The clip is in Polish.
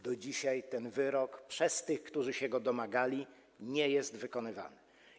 Do dzisiaj ten wyrok przez tych, którzy się go domagali, nie jest wykonywany.